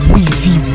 Weezy